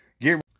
get